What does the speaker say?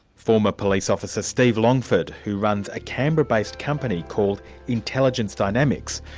former police officer, steve longford, who runs a canberra-based company called intelligence dynamics,